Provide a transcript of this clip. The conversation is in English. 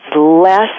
less